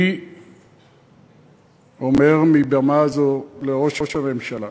אני אומר מבמה זו לראש הממשלה: